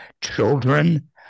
children